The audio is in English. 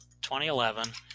2011